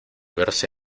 verse